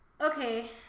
Okay